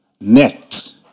net